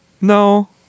No